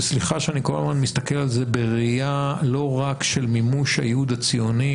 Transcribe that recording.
וסליחה שאני כל הזמן מסתכל על זה בראייה לא רק של מימוש הייעוד הציוני,